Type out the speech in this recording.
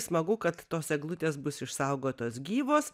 smagu kad tos eglutės bus išsaugotos gyvos